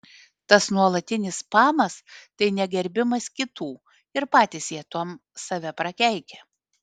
tas nuolatinis spamas tai negerbimas kitų ir patys jie tuom save prakeikia